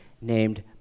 named